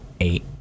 eight